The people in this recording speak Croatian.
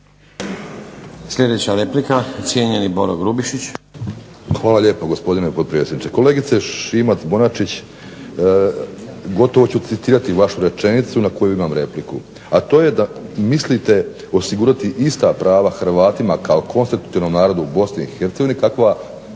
Sljedeća replika, cijenjeni Boro Grubišić. **Grubišić, Boro (HDSSB)** Hvala lijepo, gospodine potpredsjedniče. Kolegice Šimac-Bonačić, gotovo ću citirati vašu rečenicu na koju imam repliku, a to je da mislite osigurati ista prava Hrvatima kao konstitutivnom narodu u BiH kakva